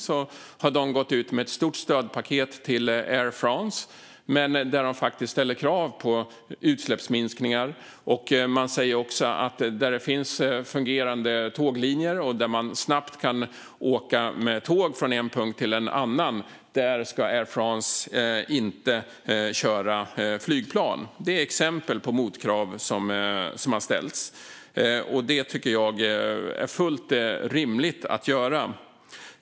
De har gått ut med ett stort stödpaket till Air France där de ställer krav på utsläppsminskningar. De säger också att där det finns fungerande tåglinjer där man snabbt kan åka med tåg från en punkt till en annan ska Air France inte köra flygplan. Det är exempel på motkrav som har ställts. Det är fullt rimligt att göra.